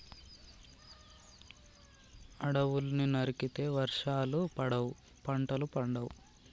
అడవుల్ని నరికితే వర్షాలు పడవు, పంటలు పండవు